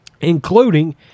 including